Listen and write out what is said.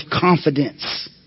confidence